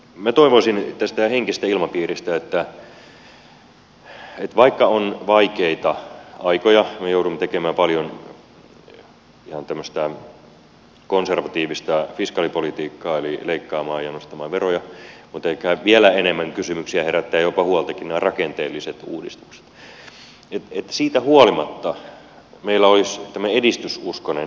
minä toivoisin tästä henkisestä ilmapiiristä että vaikka on vaikeita aikoja me joudumme tekemään paljon ihan tämmöistä konservatiivista fiskaalipolitiikkaa eli leikkaamaan ja nostamaan veroja mutta ehkä vielä enemmän kysymyksiä herättävät jopa huoltakin nämä rakenteelliset uudistukset siitä huolimatta meillä olisi tämmöinen edistysuskoinen ilmapiiri